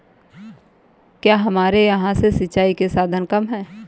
क्या हमारे यहाँ से सिंचाई के साधन कम है?